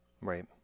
right